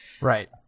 Right